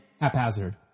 haphazard